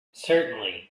certainly